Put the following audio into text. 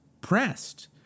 pressed